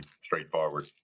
straightforward